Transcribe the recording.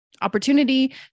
opportunity